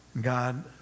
God